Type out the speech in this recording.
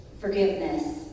forgiveness